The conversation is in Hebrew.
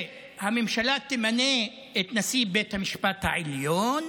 שהממשלה תמנה את נשיא בית המשפט העליון,